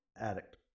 addict